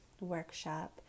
workshop